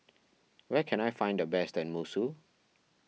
where can I find the best Tenmusu